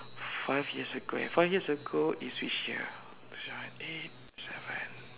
five years ago eh five years ago is which year two zero one eight seven